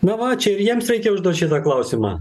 na va čia ir jiems reikia užduoti šitą klausimą